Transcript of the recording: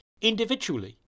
individually